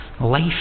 life